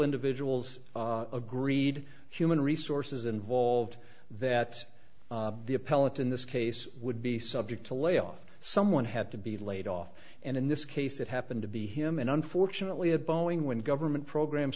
individuals agreed human resources involved that the appellant in this case would be subject to layoff someone had to be laid off and in this case it happened to be him and unfortunately a boeing when a government program